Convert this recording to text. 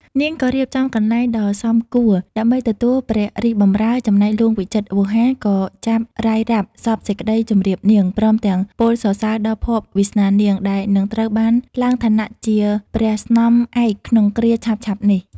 នាងក៏រៀបចំកន្លែងដ៏សមគួរដើម្បីទទួលព្រះរាជបម្រើ ចំណែកហ្លួងវិចិត្រវោហារក៏ចាប់រ៉ាយរ៉ាប់សព្វសេចក្ដីជម្រាបនាង ព្រមទាំងពោលសរសើរដល់ភ័ព្វវាសនានាង ដែលនឹងត្រូវបានឡើងឋានៈជាព្រះស្នំឯកក្នុងគ្រាឆាប់ៗនេះ ។